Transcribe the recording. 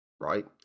right